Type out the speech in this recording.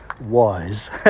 Wise